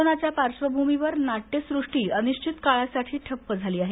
कोरोनाच्या पार्क्षभूमीवर नाट्यसुष्टी अनिश्वित काळासाठी ठप्प झाली आहे